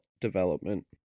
development